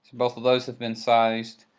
both of those have been sized.